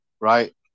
Right